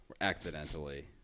accidentally